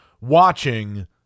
watching